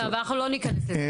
לא ניכנס לזה.